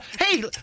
Hey